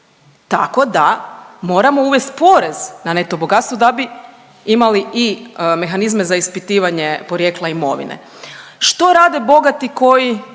Tako da moramo uvesti porez na neto bogatstvo da bi imali i mehanizme za ispitivanje porijekla imovine. Što rade bogati koji